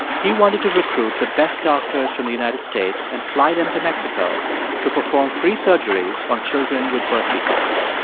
he wanted to recruit the best doctors from the united states and fly them to mexico to perform free surgeries on children with birth defects.